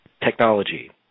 technology